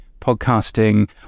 podcasting